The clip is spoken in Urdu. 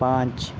پانچ